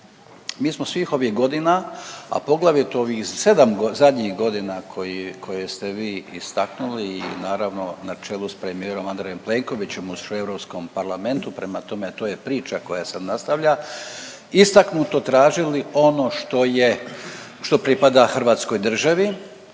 Mi smo svih ovih godina, a poglavito ovih sedam zadnjih godina koje ste vi istaknuli i naravno na čelu sa Andrejom Plenkovićem u Europskom parlamentu prema tome to je priča koja se nastavlja, istaknuto tražili ono što je što pripada Hrvatskoj državi,